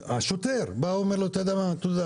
השוטר בא ואומר לו, תודה.